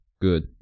Good